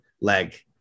leg